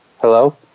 Hello